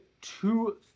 two